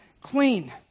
clean